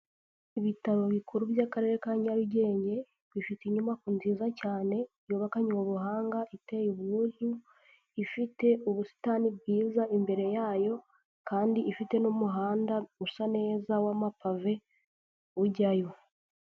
Ibitaro bikuru by'akarere ka Nyarugenge, bifite inyubako nziza cyane yubakanywe ubuhanga iteye ubwuzu, ifite ubusitani bwiza imbere yayo kandi ifite n'umuhanda usa neza wamapavein ujyayo.